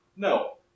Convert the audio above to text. No